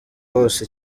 hose